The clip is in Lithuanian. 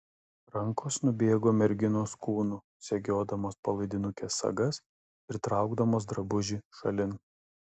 rankos nubėgo merginos kūnu segiodamos palaidinukės sagas ir traukdamos drabužį šalin